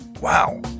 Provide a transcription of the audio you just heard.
Wow